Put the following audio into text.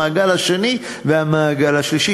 במעגל השני ובמעגל השלישי,